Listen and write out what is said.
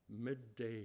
midday